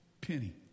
penny